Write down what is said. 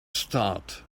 start